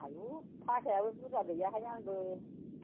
आयु थाखायाबो बुरजा गैयाहाय आंबो